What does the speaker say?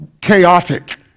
chaotic